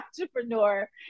entrepreneur